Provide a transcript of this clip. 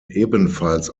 ebenfalls